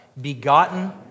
begotten